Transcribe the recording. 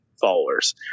followers